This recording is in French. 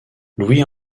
louis